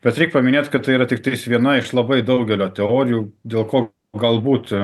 bet reik paminėt kad tai yra tiktai viena iš labai daugelio teorijų dėl ko galbūt